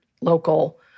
local